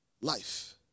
life